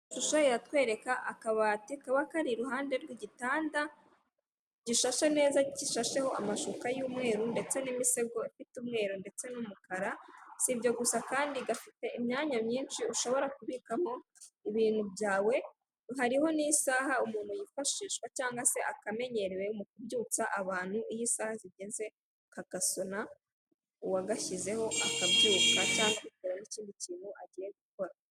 Ishusho iratwereka akabati kaba kari i ruhande rw'igitanda gishashe neza gishasheho amashuka y'umweru ndetse n'imisego ifite umweru ndetse n'umukara, si ibyo gusa kandi gafite imyanya myinshi ushobora kubikamo ibintu byawe, hariho n'isaha umuntu yifashishwa cyangwa se akamenyerewe mu kubyutsa abantu, iyo isaha zigeze kagasona uwagashyizeho akabyuka cyangwa n'ikindi kintu agiye gukora.